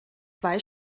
zwei